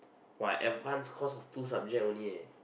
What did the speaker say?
!wah! I advance course of two subject only leh